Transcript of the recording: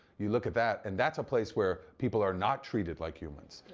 you look at that and that's a place where people are not treated like humans.